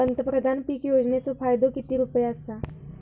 पंतप्रधान पीक योजनेचो फायदो किती रुपये आसा?